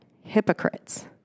hypocrites